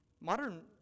Modern